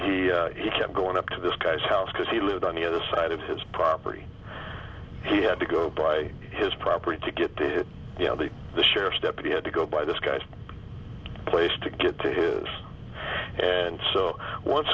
second he kept going up to this guy's house because he lived on the other side of his property he had to go by his property to get to you know the sheriff's deputy had to go by this guy's place to get to his and so once